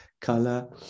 color